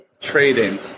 trading